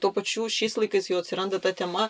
tuo pačiu šiais laikais jau atsiranda ta tema